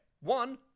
One